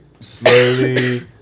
slowly